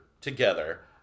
together